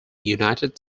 united